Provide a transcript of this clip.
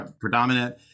predominant